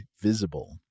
Visible